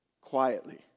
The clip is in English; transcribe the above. quietly